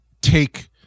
take